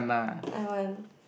I want